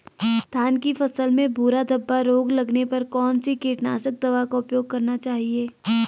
धान की फसल में भूरा धब्बा रोग लगने पर कौन सी कीटनाशक दवा का उपयोग करना चाहिए?